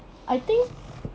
I think